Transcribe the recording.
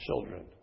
children